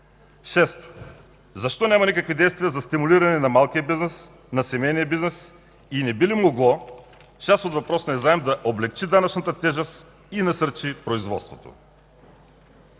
защо няма никакви действия за стимулиране на малкия бизнес, на семейния бизнес и не би ли могло част от въпросния заем да облекчи данъчната тежест и насърчи производството?